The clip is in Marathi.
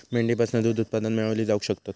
मेंढीपासना दूध उत्पादना मेळवली जावक शकतत